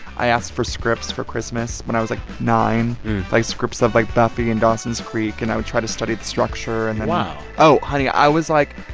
i asked for scripts for christmas when i was, like, nine like, scripts of, like, buffy and dawson's creek. and i would try to study the structure and then. wow oh. honey, i was, like,